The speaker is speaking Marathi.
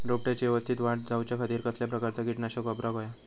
रोपट्याची यवस्तित वाढ जाऊच्या खातीर कसल्या प्रकारचा किटकनाशक वापराक होया?